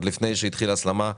עוד לפני שהתחילה ההסלמה,